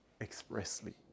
expressly